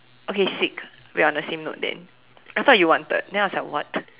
okay sick we are on the same note then I thought you wanted then I was like what